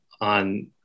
on